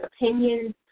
opinions